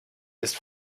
ist